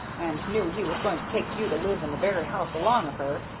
and knew he was going to take you to live in the very house along of her,